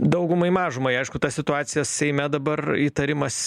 daugumai mažumai aišku ta situacija seime dabar įtarimas